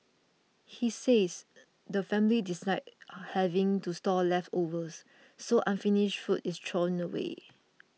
he says the family dislike having to store leftovers so unfinished food is thrown away